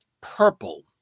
purple